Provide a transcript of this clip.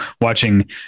watching